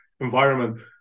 Environment